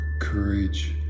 courage